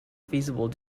feasible